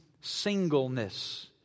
singleness